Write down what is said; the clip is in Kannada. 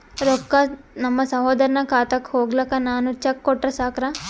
ರೊಕ್ಕ ನಮ್ಮಸಹೋದರನ ಖಾತಕ್ಕ ಹೋಗ್ಲಾಕ್ಕ ನಾನು ಚೆಕ್ ಕೊಟ್ರ ಸಾಕ್ರ?